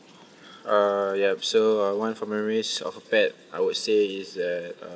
uh yup so uh one form memories of a pet I would say is a